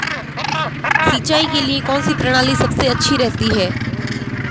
सिंचाई के लिए कौनसी प्रणाली सबसे अच्छी रहती है?